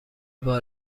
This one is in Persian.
بار